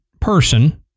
person